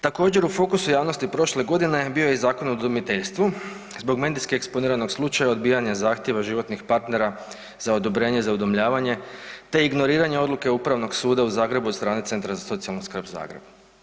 Također u fokusu javnosti prošle godine bio je Zakon o udomiteljstvu, zbog medijski eksponiranog slučaja odbijanja zahtjeva životnih partnera za odobrenje za udomljavanje te ignoriranje odluke Upravnog suda u Zagrebu od strane Centra za socijalnu skrb Zagreb.